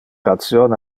ration